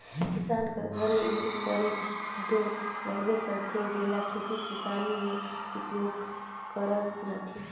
किसान कर घरे इरूपरे दो रहबे करथे, जेला खेती किसानी मे उपियोग करल जाथे